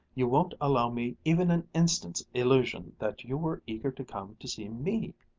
you won't allow me even an instant's illusion that you were eager to come to see me!